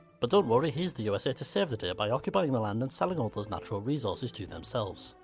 but don't worry, here's the usa to save the day by occupying the land and selling all those natural resources to themselves.